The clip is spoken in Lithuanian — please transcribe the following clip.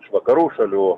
iš vakarų šalių